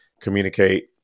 communicate